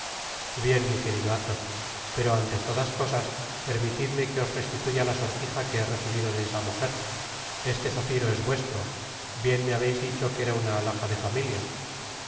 bien mi querido athos pero ante todas cosas permitidme que os restituya la sortija que he recibido de esa mujer este zafiro es vuestro bien me habeis dicho que era una athaja de familia